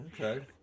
Okay